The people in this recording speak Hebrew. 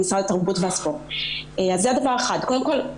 המטרה היא